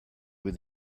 with